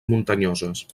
muntanyoses